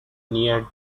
near